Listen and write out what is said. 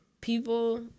people